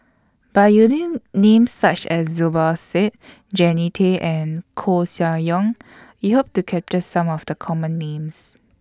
By using Names such as Zubir Said Jannie Tay and Koeh Sia Yong We Hope to capture Some of The Common Names